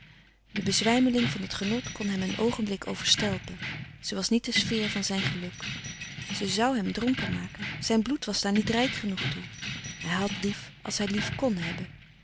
de bezwijmeling van het genot kon hem een oogenblik overstelpen ze was niet de sfeer van zijn geluk ze zoû hem dronken maken zijn bloed was daar niet rijk genoeg toe hij had lief als hij lief kn hebben